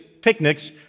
picnics